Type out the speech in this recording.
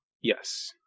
Yes